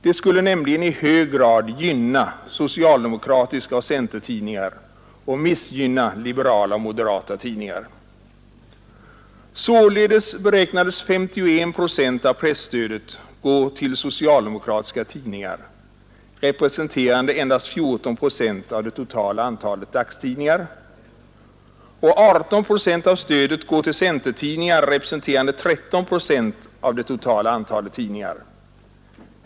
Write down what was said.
Det skulle nämligen i hög grad gynna socialdemokratiska tidningar och centertidningar och missgynna liberala och moderata tidningar. Således beräknades 51 procent av presstödet gå till socialdemokratiska tidningar, representerande endast 14 procent av det totala antalet dagstidningar, och 18 procent av stödet beräknades gå till centertidningar, representerande 13 procent av det totala antalet tidningar.